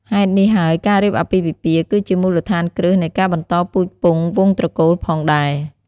ហេតុនេះហើយ ការរៀបអាពាហ៍ពិពាហ៍គឺជាមូលដ្ឋានគ្រឹះនៃការបន្តពូជពង្សវង្សត្រកូលផងដែរ។